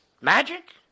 Magic